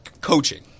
Coaching